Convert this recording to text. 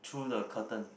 through the curtain